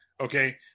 okay